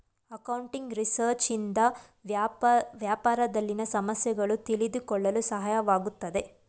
accounting research ಇಂದ ವ್ಯಾಪಾರದಲ್ಲಿನ ಸಮಸ್ಯೆಗಳನ್ನು ತಿಳಿದುಕೊಳ್ಳಲು ಸಹಾಯವಾಗುತ್ತದೆ